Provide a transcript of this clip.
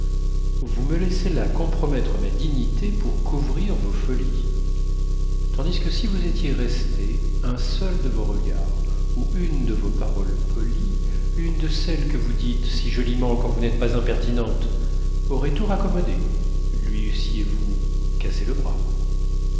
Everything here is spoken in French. vous me laissez là compromettre ma dignité pour couvrir vos folies tandis que si vous étiez restée un seul de vos regards ou une de vos paroles polies une de celles que vous dites si joliment quand vous n'êtes pas impertinente aurait tout raccommodé lui eussiez-vous cassé le bras